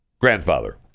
grandfather